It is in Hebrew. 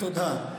תודה.